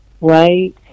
right